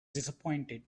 disappointed